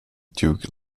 duke